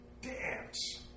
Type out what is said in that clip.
dance